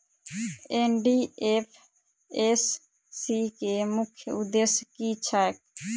NDFSC केँ मुख्य उद्देश्य की छैक?